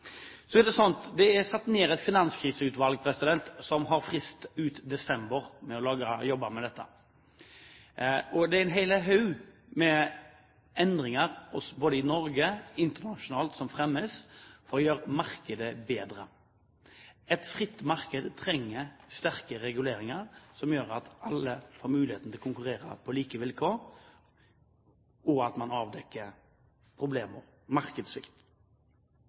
satt ned et finanskriseutvalg som har frist ut desember med å jobbe med dette, og det er hel haug med endringer både i Norge og internasjonalt som fremmes for å gjøre markedet bedre. Et fritt marked trenger sterke reguleringer som gjør at alle får muligheten til å konkurrere på like vilkår, og at man avdekker problemer, som markedssvikt.